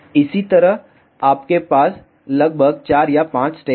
इसी तरह आपके पास लगभग 4 या 5 स्टेप हैं